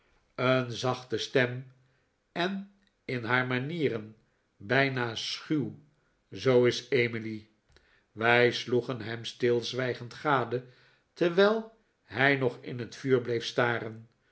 een zachte stem en in haar manieren bijna schuw zoo is emily wij sloegen hem stilzwijgend gade terwijl hij nog in het vuur bleef staren